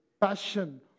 passion